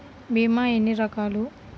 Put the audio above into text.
భీమ ఎన్ని రకాలు?